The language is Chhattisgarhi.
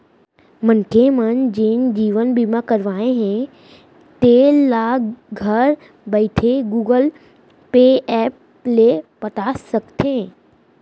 मनखे मन जेन जीवन बीमा करवाए हें तेल ल घर बइठे गुगल पे ऐप ले पटा सकथे